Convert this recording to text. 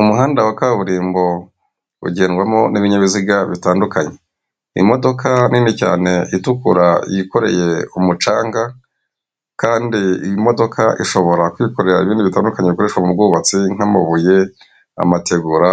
Umuhanda wa kaburimbo ugendwamo n'ibinyabiziga bitandukanye n'imodoka nini cyane itukura yikoreye umucanga, kandi iyi modoka ishobora kwikorera ibindi bitandukanye bikoreshwa mu bwubatsi nk'amabuye amategura